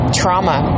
trauma